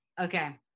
Okay